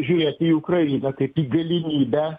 žiūrėti į ukrainą kaip į galimybę